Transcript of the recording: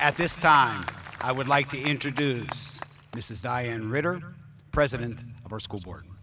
at this time i would like to introduce this is diane ritter president of our school board